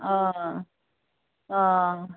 অ অ